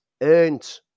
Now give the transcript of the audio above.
earned